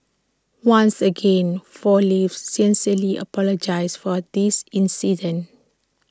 once again four leaves sincerely apologises for this incident